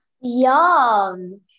Yum